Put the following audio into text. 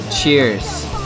cheers